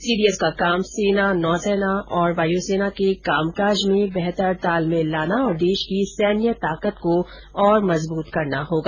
CDS का काम सेना नौसेना और वायुसेना के कामकाज में बेहतर तालमेल लाना और देश की सैन्य ताकत को और मजबृत करना होगा